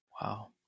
Wow